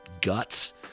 guts